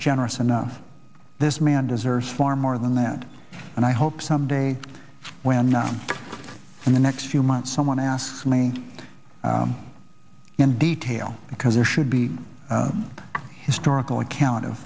generous enough this man deserves far more than that and i hope some day when now in the next few months someone asks me in detail because there should be a historical account of